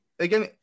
Again